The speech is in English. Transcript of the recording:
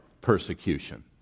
persecution